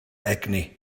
egni